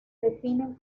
definen